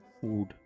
Food